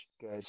good